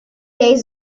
days